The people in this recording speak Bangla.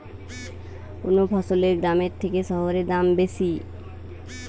কোন ফসলের গ্রামের থেকে শহরে দাম বেশি?